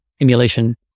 emulation